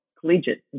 Collegiate